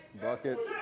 Buckets